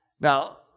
Now